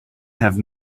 have